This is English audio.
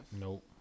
nope